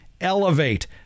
elevate